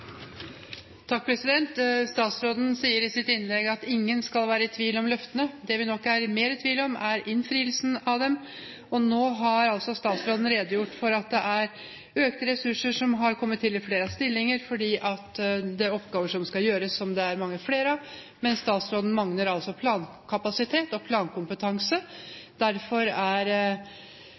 i tvil om, er innfrielsen av dem. Nå har altså statsråden redegjort for at det er økte ressurser som har kommet til i form av flere stillinger, fordi det er mange flere oppgaver som skal gjøres. Men statsråden mangler altså plankapasitet og plankompetanse. Derfor er